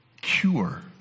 cure